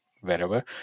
wherever